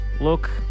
look